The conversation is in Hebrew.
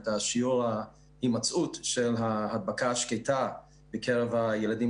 את השיעור הימצאות של ההדבקה השקטה בקרב הילדים